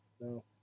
No